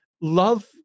love